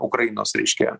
ukrainos reiškia